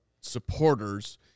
supporters